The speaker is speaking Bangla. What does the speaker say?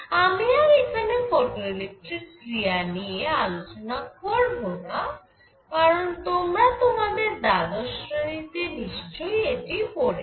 আমি আর এখানে ফটোইলেক্ট্রিক ক্রিয়া নিয়ে আলোচনা করব না কারণ তোমরা তোমাদের দ্বাদশ শ্রেণিতে নিশ্চয়ই এটি পড়েছ